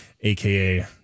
aka